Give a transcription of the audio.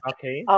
Okay